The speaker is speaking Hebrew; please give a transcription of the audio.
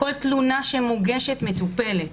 כל תלונה שמוגשת מטופלת,